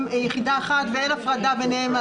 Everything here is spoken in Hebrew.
יחידה אחת ואין הפרדה ביניהם.